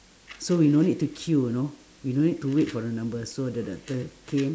so we no need to queue you know we don't need to wait for the number so the doctor came